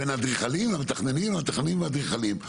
בין האדריכלים למתכננים והמתכננים והאדריכלים,